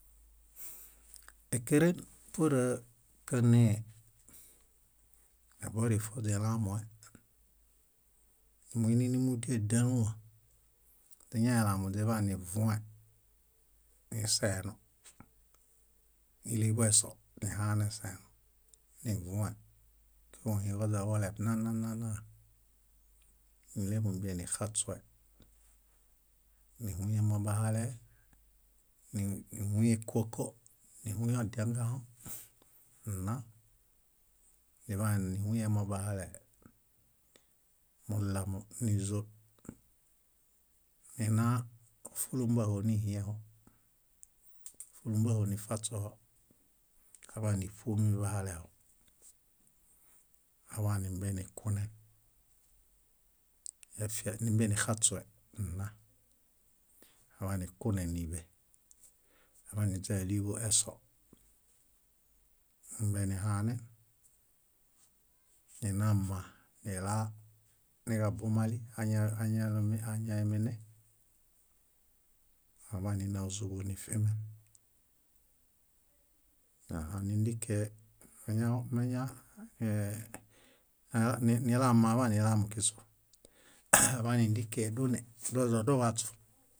Ékeren pur kánee, dabor ifonilamue. Nímuiinininimudidialũwa, źiñaelamuźiḃanivũe niseeno. Níliḃu eso, nihanẽseeno, nivũe kuġuhĩġoźaġoleb nna nna nna níleḃumbienixaśue, níhuyemobahalee, níhuyẽkoko, níhuyẽodiengãho nna. Niḃaan níhuyemobahalee, mullamo nízol, nina fúlumbaho níhiẽho, fúlumbaho nifaśuho aḃa níṗu mimiimibahaleho, aḃanimbenikunen, efia nimbenixaśue nna, aḃanikunẽ níḃe, aḃaniźa íliḃu eso nimbenihanẽ, ninamanila niġabumali aña- añalomi áñaemene aḃanina ózuḃo nifimẽ. Nahã níndikee meñalõ- meña- ee- nilama aḃanilamukiśu. Áḃanindikee dóne, doźadowaźu,